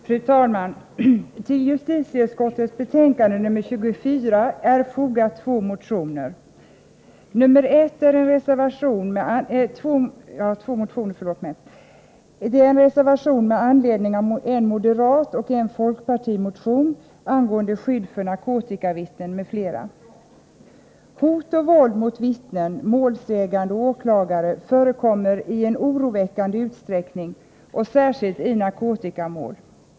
Fru talman! Vid justitieutskottets betänkande nr 24 är fogade två reservationer. Reservation nr 1 har framställts med anledning av en moderatoch en folkpartimotion angående skydd för narkotikavittnen m.fl. Hot och våld mot vittnen, målsägande och åklagare förekommer i en oroväckande utsträckning, särskilt i narkotikamål.